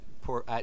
Poor